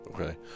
okay